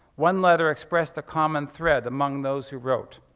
one letter expressed a common thread among those who wrote,